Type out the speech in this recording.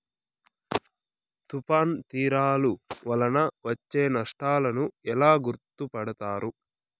తుఫాను తీరాలు వలన వచ్చే నష్టాలను ఎలా గుర్తుపడతారు?